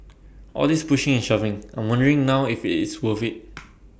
all this pushing and shoving I'm wondering now if IT is worth IT